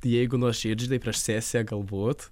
jeigu nuoširdžiai tai prieš sesiją galbūt